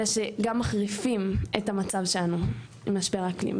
אלא שגם מחריפים את המצב שלנו עם משבר האקלים,